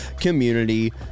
community